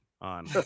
on